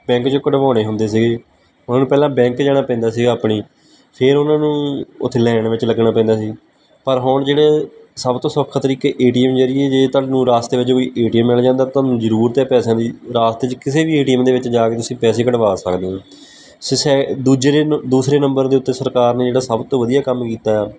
bank 'ਚੋਂ ਕਢਵਾਉਂਣੇ ਹੁੰਦੇ ਸੀਗੇ ਉਹਨਾਂ ਨੂੰ ਪਹਿਲਾਂ ਬੈਂਕ ਜਾਣਾ ਪੈਂਦਾ ਸੀਗਾ ਆਪਣੀ ਫਿਰ ਉਹਨਾਂ ਨੂੰ ਉੱਥੇ ਲਾਇਨ ਵਿੱਚ ਲੱਗਣਾ ਪੈਂਦਾ ਸੀ ਪਰ ਹੁਣ ਜਿਹੜੇ ਸਭ ਤੋਂ ਸੌਖਾ ਤਰੀਕੇ ਏ ਟੀ ਐੱਮ ਜ਼ਰੀਏ ਜੇ ਤੁਹਾਨੂੰ ਰਾਸਤੇ ਵਿੱਚ ਕੋਈ ਏ ਟੀ ਐੱਮ ਮਿਲ ਜਾਂਦਾ ਤੁਹਾਨੂੰ ਜ਼ਰੂਰਤ ਹੈ ਪੈਸਿਆਂ ਦੀ ਰਸਤੇ 'ਚੋਂ ਕਿਸੇ ਵੀ ਏ ਟੀ ਐੱਮ ਦੇ ਵਿੱਚ ਜਾ ਕੇ ਤੁਸੀਂ ਪੈਸੇ ਕਢਵਾ ਸਕਦੇ ਹੋ ਦੂਜੇ ਦਿਨ ਦੂਸਰੇ ਨੰਬਰ ਦੇ ਉੱਤੇ ਸਰਕਾਰ ਨੇ ਜਿਹੜਾ ਸਭ ਤੋਂ ਵਧੀਆ ਕੰਮ ਕੀਤਾ